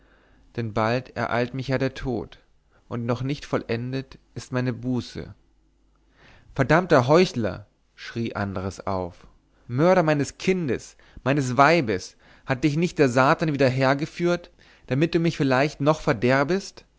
denn bald ereilt mich ja der tod und noch nicht vollendet ist meine buße verdammter heuchler schrie andres auf mörder meines kindes meines weibes hat dich nicht der satan wieder hergeführt damit du mich vielleicht noch verderbest